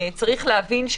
צריך להבין,